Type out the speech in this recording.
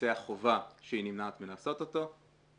לבצע חובה שהיא נמנעת מלעשות אותו.